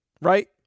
right